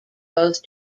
both